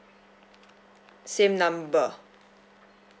same number